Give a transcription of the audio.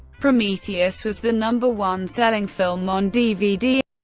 prometheus was the number one selling film on dvd